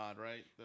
right